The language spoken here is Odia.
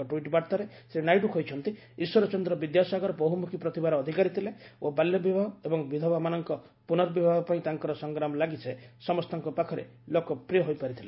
ଏକ ଟ୍ୱିଟ୍ ବାର୍ତ୍ତାରେ ଶ୍ରୀ ନାଇଡୁ କହିଛନ୍ତି ଈଶ୍ୱରଚନ୍ଦ୍ର ବିଦ୍ୟାସାଗର ବହୁମୁଖୀ ପ୍ରତିଭାର ଅଧିକାରୀ ଥିଲେ ଓ ବାଲ୍ୟବିବାହ ଏବଂ ବିଧବାମାନଙ୍କ ପୁନର୍ବିବାହ ପାଇଁ ତାଙ୍କର ସଂଗ୍ରାମ ଲାଗି ସେ ସମସ୍ତଙ୍କ ପାଖରେ ଲୋକପ୍ରିୟ ହୋଇପାରିଥିଲେ